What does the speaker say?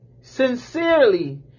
Sincerely